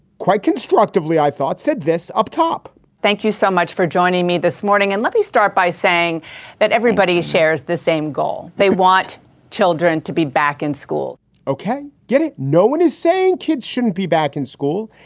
quite constructively, i thought said this up top thank you so much for joining me this morning. and let me start by saying that everybody shares the same goal. they want children to be back in school ok, i get it. no one is saying kids shouldn't be back in school.